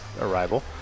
arrival